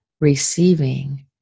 receiving